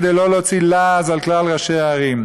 כדי לא להוציא לעז על כלל ראשי הערים.